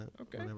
Okay